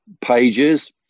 pages